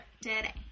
today